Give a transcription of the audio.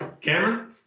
Cameron